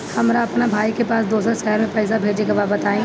हमरा अपना भाई के पास दोसरा शहर में पइसा भेजे के बा बताई?